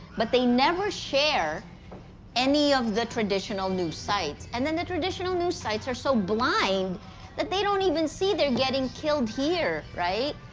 but they never share any of the traditional news sites. and the traditional news sites are so blind that they don't even see they're getting killed here, right?